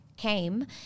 came